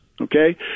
okay